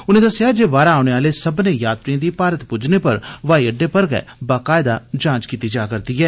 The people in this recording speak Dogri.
उनें दस्सेया जे बाहरा औने आलें सब्बनें यात्रियें दी भारत पुज्जने पर हवाई अड्डे पर गै बकायदा जांच कीती जा रदी ऐ